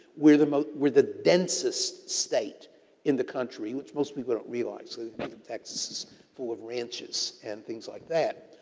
we're the most, we're the densest state in the country, which most people don't realize that texas is full of ranches and things like that.